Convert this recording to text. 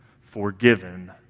forgiven